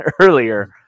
earlier